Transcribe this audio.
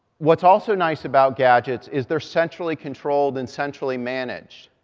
what's also nice about gadgets is they're centrally controlled and centrally managed.